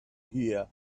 here